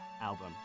album